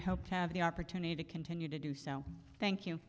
i hope to have the opportunity to continue to do so thank you